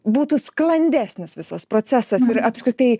būtų sklandesnis visas procesas ir apskritai